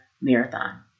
marathon